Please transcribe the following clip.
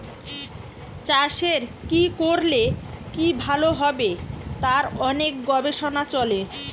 চাষের কি করলে কি ভালো হবে তার অনেক গবেষণা চলে